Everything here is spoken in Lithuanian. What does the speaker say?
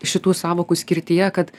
šitų sąvokų skirtyje kad